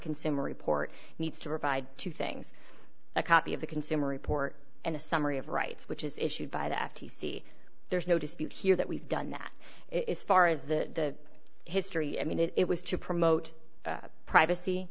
consumer report needs to revive two things a copy of the consumer report and a summary of rights which is issued by the f t c there's no dispute here that we've done that is far as the history i mean it was to promote privacy